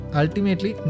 ultimately